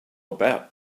about